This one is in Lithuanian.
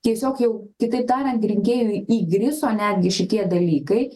tiesiog jau kitaip tariant rinkėjui įgriso netgi šitie dalykai